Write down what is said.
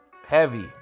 Heavy